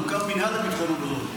יקום מינהל לביטחון המזון.